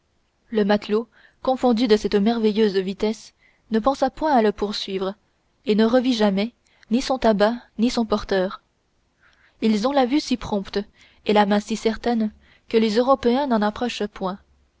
le matelot confondu de cette merveilleuse vitesse ne pensa point à le poursuivre et ne revit jamais ni son tabac ni son porteur ils ont la vue si prompte et la main si certaine que les européens n'en approchent point